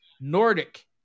nordic